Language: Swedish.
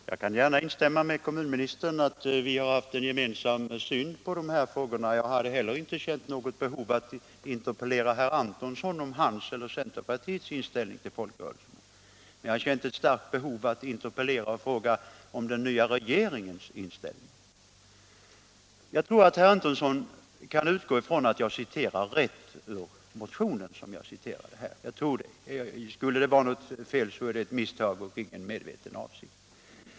Herr talman! Jag kan gärna instämma i vad kommunministern sade om att vi har haft en gemensam syn på dessa frågor. Jag hade heller inte något behov av att interpellera herr Antonsson om hans eller centerpartiets inställning till folkrörelserna. Men jag har känt ett starkt behov att fråga honom om den nya regeringens inställning. Jag tror att herr Antonsson kan utgå från att jag citerar rätt ur motionen. Skulle det vara något fel beror det på ett misstag.